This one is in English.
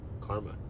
Karma